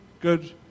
good